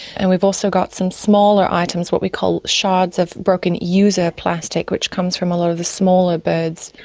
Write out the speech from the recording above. and we've also got some smaller items, what we call shards of broken user plastic, which comes from a lot of the smaller birds.